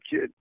kid